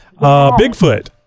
Bigfoot